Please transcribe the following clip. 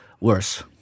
worse